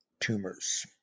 tumors